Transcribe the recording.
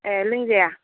ए लोंजाया